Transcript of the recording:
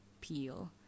peel